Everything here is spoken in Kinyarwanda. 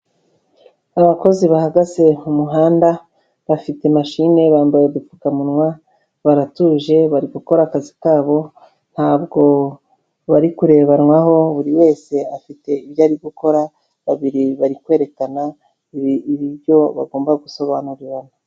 Abakozi bahagaze mu muhanda bafite mashine bambaye udupfukamunwa, baratuje bari gukora akazi kabo, ntabwo bari kurebanwaho buri wese afite ibyo ari gukora, babiri bari kwerekana ibyo bagomba gusobanurirana.